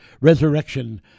resurrection